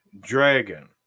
dragon